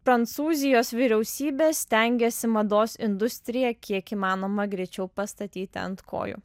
prancūzijos vyriausybė stengėsi mados industriją kiek įmanoma greičiau pastatyti ant kojų